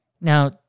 Now